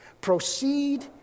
proceed